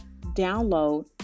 download